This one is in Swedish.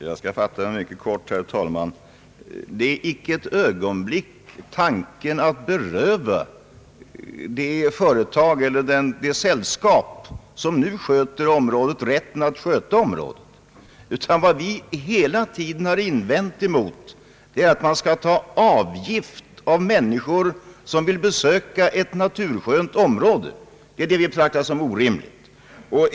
Jag skall fatta mig mycket kort, herr talman! Tanken är icke ett ögonblick att beröva det sällskap, som nu sköter det område det här gäller, rätten att sköta området, utan vad vi hela tiden har invänt emot är att man skall ta upp avgift av människor som vill besöka ett naturskönt område — det är detta som vi betraktar som orimligt.